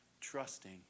trusting